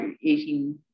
eating